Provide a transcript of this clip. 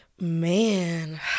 man